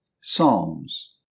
Psalms